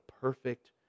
perfect